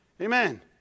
Amen